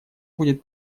будет